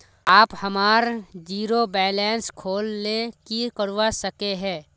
आप हमार zero balance खोल ले की करवा सके है?